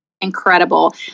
Incredible